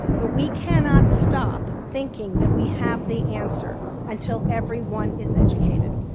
but we cannot stop thinking that we have the answer until everyone is educated.